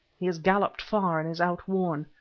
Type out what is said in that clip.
he has galloped far and is outworn.